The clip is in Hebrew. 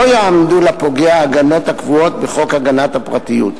לא יעמדו לפוגע ההגנות הקבועות בחוק הגנת הפרטיות.